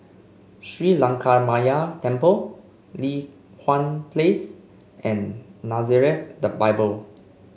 Sri Lankaramaya Temple Li Hwan Place and Nazareth the Bible